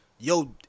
Yo